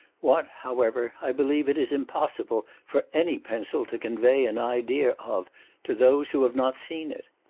what, however, i believe it is impossible for any pencil to convey an idea of to those who have not seen it.